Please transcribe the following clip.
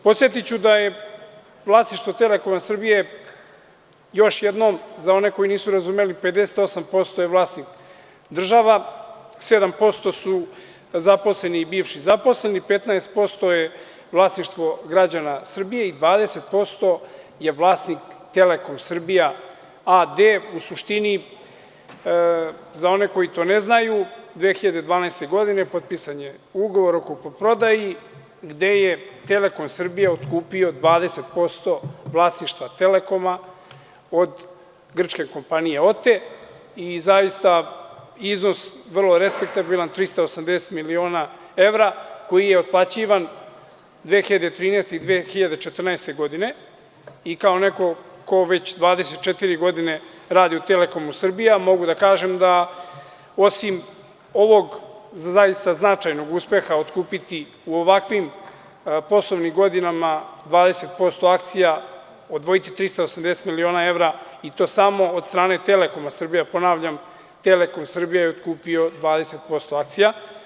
Podsetiću da je vlasništvo Telekom Srbije, još jednom za one koji nisu razumeli, 58% je vlasnik država, 7% su zaposleni i bivši zaposleni, 15% je vlasništvo građana Srbije i 20% je vlasnik Telekom Srbija A.D. U suštini, za one koji to ne znaju, 2012. godine potpisan je ugovor o kupoprodaji gde je Telekom Srbija otkupio 20% vlasništva Telekoma od grčke kompanije OTE i zaista iznos vrlo respektabilan 380 miliona evra, koji je otplaćivan 2013. i 2014. godine i kao neko ko već 24 godine radi u Telekomu Srbija, mogu da kažem da osim ovog zaista značajnog uspeha otkupiti u ovakvim poslovnim godinama 20% akcija, odvojiti 380 miliona evra, i to samo od strane Telekoma Srbija, ponavljam, Telekom Srbija je otkupio 20% akcija.